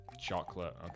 Chocolate